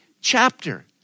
chapter